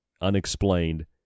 unexplained